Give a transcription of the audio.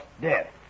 death